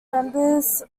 members